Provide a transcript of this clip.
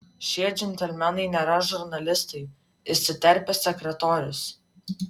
šie džentelmenai nėra žurnalistai įsiterpė sekretorius